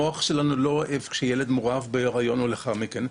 המוח שלנו נפגע כשאנחנו מורעבים במהלך ההיריון או אחרי כן.